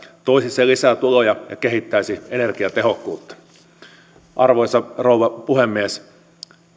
toisi se lisää tuloja ja kehittäisi energiatehokkuutta arvoisa rouva puhemies